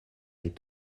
est